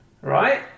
right